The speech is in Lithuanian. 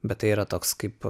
bet tai yra toks kaip